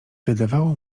wydawało